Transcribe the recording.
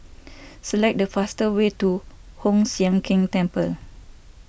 select the fastest way to Hoon Sian Keng Temple